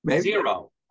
Zero